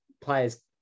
players